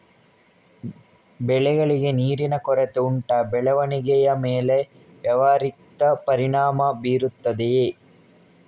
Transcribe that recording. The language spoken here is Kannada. ಬೆಳೆಗಳಿಗೆ ನೀರಿನ ಕೊರತೆ ಉಂಟಾ ಬೆಳವಣಿಗೆಯ ಮೇಲೆ ವ್ಯತಿರಿಕ್ತ ಪರಿಣಾಮಬೀರುತ್ತದೆಯೇ?